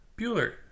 Bueller